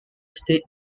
state